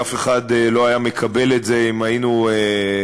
אף אחד לא היה מקבל את זה אם היינו פוטרים,